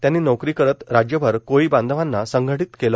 त्यांनी नोकरी करत राज्यभर कोळी बांधवांना संघटीत केले